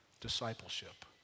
discipleship